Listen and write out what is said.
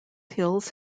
hills